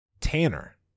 tanner